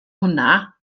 hwnna